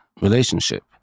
relationship